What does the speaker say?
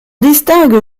distingue